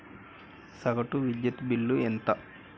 సగటు విద్యుత్ బిల్లు ఎంత?